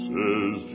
Says